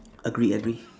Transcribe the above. agree agree